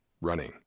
running